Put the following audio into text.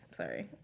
Sorry